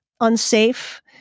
unsafe